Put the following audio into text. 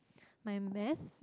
my math